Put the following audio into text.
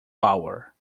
power